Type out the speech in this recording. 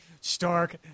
Stark